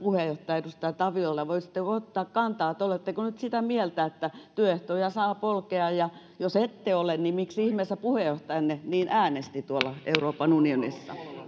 puheenjohtaja edustaja taviolta voisitteko ottaa kantaa oletteko nyt sitä mieltä että työehtoja saa polkea ja jos ette ole niin miksi ihmeessä puheenjohtajanne niin äänesti tuolla euroopan unionissa